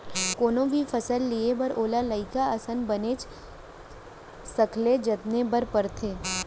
कोनो भी फसल लिये बर ओला लइका असन बनेच सखले जतने बर परथे